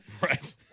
Right